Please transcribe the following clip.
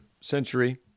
century